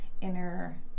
inner